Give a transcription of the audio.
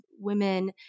women